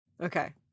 Okay